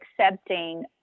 accepting